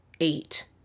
eight